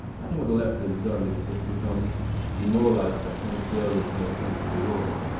i think what the left has done is it's become demoralised by its own failure to make sense of the world.